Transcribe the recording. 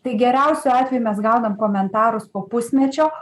tai geriausiu atveju mes gaunam komentarus po pusmečio